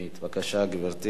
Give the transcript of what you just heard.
בבקשה, גברתי.